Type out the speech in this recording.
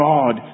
God